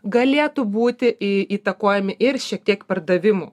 galėtų būti į įtakojami ir šiek tiek pardavimų